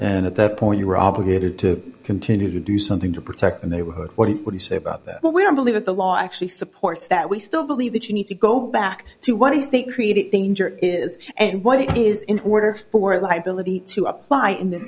and at that point you were obligated to continue to do something to protect and they were what you say about that but we don't believe that the law actually supports that we still believe that you need to go back to what is the creative danger is and what it is in order for it liability to apply in this